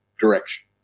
direction